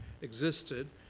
existed